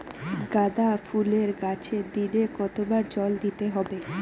গাদা ফুলের গাছে দিনে কতবার জল দিতে হবে?